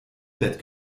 bett